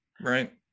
Right